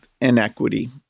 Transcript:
inequity